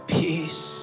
peace